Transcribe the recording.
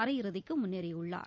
அரையிறுதிக்கு முன்னேறியுள்ளார்